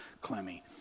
Clemmy